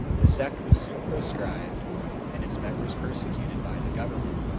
the sect was soon proscribed and its members persecuted by the government.